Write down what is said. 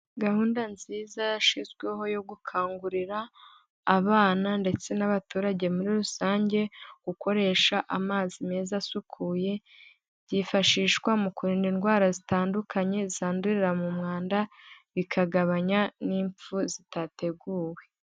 Gahunda nziza yashyizweho yo gukangurira abana ndetse n'abaturage muri rusange gukoresha amazi meza asukuye, byifashishwa mu kurinda indwara zitandukanye zandurira mu mwanda bikagabanya n'imfu zitateguwe.